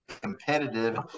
competitive